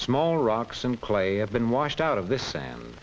small rocks and clay have been washed out of this sand